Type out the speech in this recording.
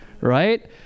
right